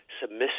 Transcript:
submissive